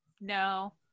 no